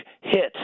hit